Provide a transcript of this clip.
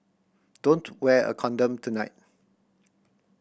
don't wear a condom tonight